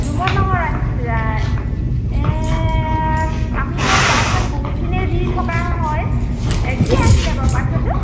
ডুমৰ দলঙত আহিছিলা আমিতো পাৰ্চেল বহুতখিনি দি থকা হয় কি আহিলে বাৰু পাৰ্চেলটো